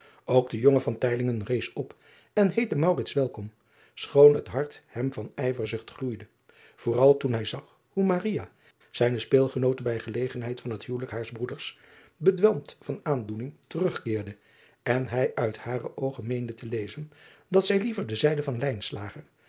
ok de jonge rees op en heette welkom schoon het hart hem van ijverzucht gloeide vooral toen hij zag hoe zijne speelgenoote bij gelegenheid van het huwelijk haars broeders bedwelmd van aandoening terugkeerde en hij uit hare oogen meende te lezen dat zij liever de zijde van